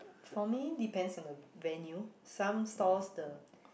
for me depends on the venue some stalls the